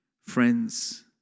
friends